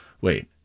Wait